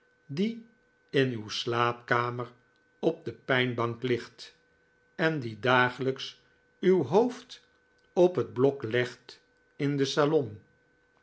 die in uw slaapkamer op de pijnbank ligt en die dagelijks uw hoofd op het blok legt in het salon